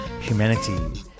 Humanity